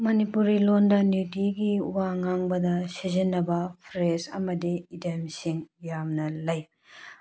ꯃꯅꯤꯄꯨꯔꯤ ꯂꯣꯟꯗ ꯅꯨꯡꯇꯤꯒꯤ ꯋꯥ ꯉꯥꯡꯕꯗ ꯁꯤꯖꯤꯟꯅꯕ ꯐ꯭ꯔꯦꯖ ꯑꯃꯗꯤ ꯏꯗꯦꯝꯁꯤꯡ ꯌꯥꯝꯅ ꯂꯩ